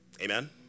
Amen